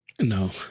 No